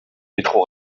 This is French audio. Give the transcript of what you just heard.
metro